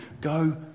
go